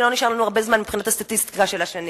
כי לא נשאר לנו הרבה זמן מבחינת הסטטיסטיקה של השנים.